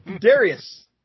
Darius